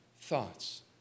thoughts